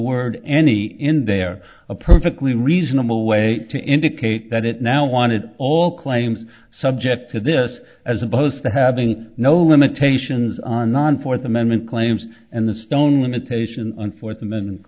word any in there a perfectly reasonable way to indicate that it now wanted all claims subject to this as opposed to having no limitations on non fourth amendment claims and the stone limitation and forth and then